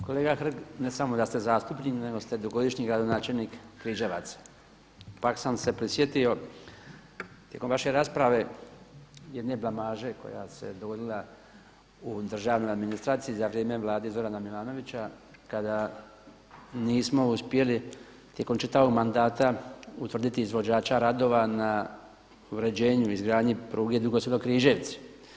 Kolega Hrg, ne samo da ste zastupnik nego ste dugogodišnji gradonačelnik Križevaca, pa sam se prisjetio tijekom vaše rasprave jedne blamaže koja se dogodila u državnoj administraciji za vrijeme vlade Zorana Milanovića, kada nismo uspjeli tijekom čitavog mandata utvrditi izvođača radova na uređenju izgradnje pruge Dugo Selo-Križevci.